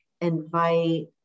invite